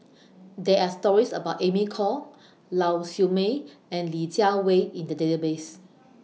There Are stories about Amy Khor Lau Siew Mei and Li Jiawei in The Database